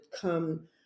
come